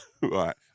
Right